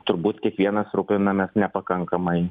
turbūt kiekvienas rūpinamės nepakankamai